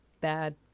bad